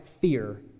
fear